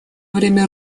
время